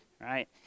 right